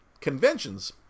conventions